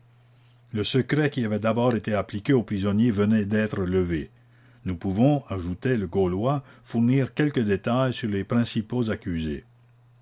le secret qui avait d'abord été appliqué aux prisonniers venait d'être levé nous pouvons ajoutait le gaulois fournir quelques détails sur les principaux accusés